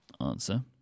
answer